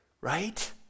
right